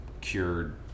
cured